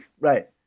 Right